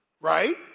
right